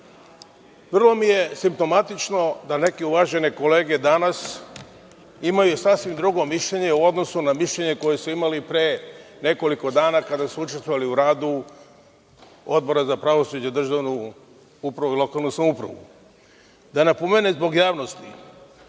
mi je simptomatično da neke uvažene kolege danas imaju sasvim drugo mišljenje u odnosu na mišljenje koje su imali pre nekoliko dana kada su učestvovali u radu Odbora za pravosuđe i državnu upravu i lokalnu samoupravu. Da napomenem zbog javnosti,